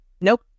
Nope